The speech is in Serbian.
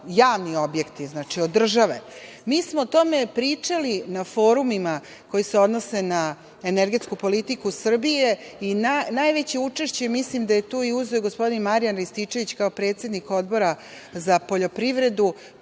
javni objekti, od države? Mi smo o tome pričali i na forumima koji se odnose na energetsku politiku Srbije i najveće učešće mislim da je tu i uzeo gospodin Marijan Rističević, kao predsednik Odbora za poljoprivredu,